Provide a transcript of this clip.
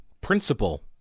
principle